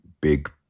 Big